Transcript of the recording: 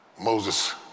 Moses